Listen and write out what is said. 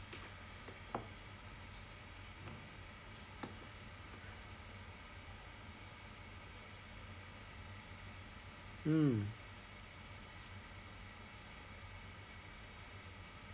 mm